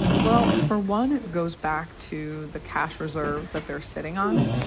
well, for one, it goes back to the cash reserves that they're sitting on,